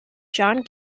john